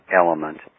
element